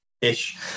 Ish